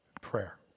prayer